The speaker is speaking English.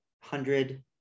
hundred